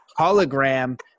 hologram